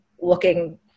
looking